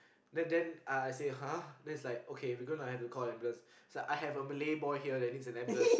then then I I say !huh! then is like okay we gonna have to call the ambulance is like I have a Malay boy here that needs an ambulance